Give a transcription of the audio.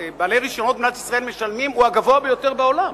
רשיונות במדינת ישראל משלמים הוא הגבוה ביותר בעולם,